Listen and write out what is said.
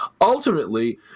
Ultimately